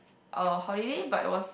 a holiday but it was